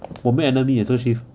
我们 enemy 也这 shift